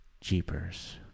Jeepers